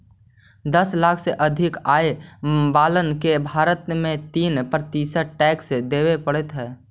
दस लाख से अधिक आय वालन के भारत में तीस प्रतिशत टैक्स देवे पड़ऽ हई